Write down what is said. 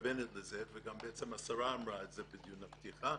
מתכוונת לזה וגם בעצם השרה אמרה את זה בדיון הפתיחה.